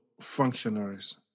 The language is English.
functionaries